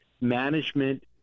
management